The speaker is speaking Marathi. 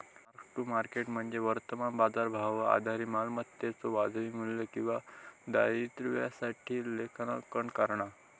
मार्क टू मार्केट म्हणजे वर्तमान बाजारभावावर आधारित मालमत्तेच्यो वाजवी मू्ल्य किंवा दायित्वासाठी लेखांकन करणा